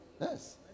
Yes